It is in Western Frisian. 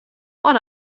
oan